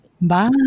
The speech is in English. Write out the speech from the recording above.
Bye